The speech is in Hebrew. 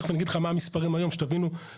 תיכף אני אגיד לך מה המספרי היום כדי שתבינו כמה